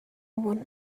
want